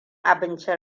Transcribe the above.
abincin